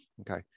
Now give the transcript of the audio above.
Okay